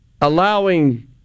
allowing